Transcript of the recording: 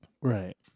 Right